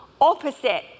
opposite